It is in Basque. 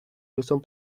gizon